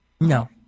no